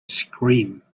scream